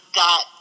got